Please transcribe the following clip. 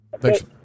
Thanks